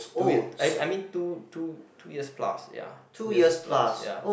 two ye~ I I mean two two two years plus ya two years plus ya